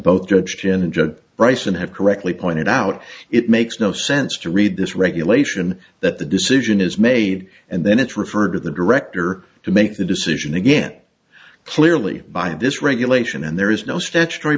and judge bryson have correctly pointed out it makes no sense to read this regulation that the decision is made and then it's referred to the director to make the decision again clearly by this regulation and there is no statutory